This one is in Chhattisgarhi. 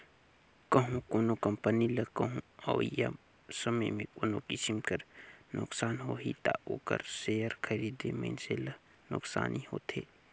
कहों कोनो कंपनी ल कहों अवइया समे में कोनो किसिम कर नोसकान होही ता ओकर सेयर खरीदे मइनसे ल नोसकानी होथे